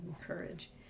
courage